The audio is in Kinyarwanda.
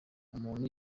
umuntu